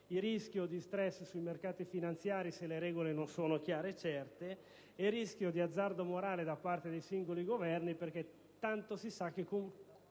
il rischio di stress sui mercati finanziari se le regole non sono chiare e certe e il rischio di azzardo morale da parte dei singoli Governi (perché tanto si sa che